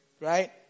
Right